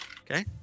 Okay